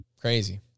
crazy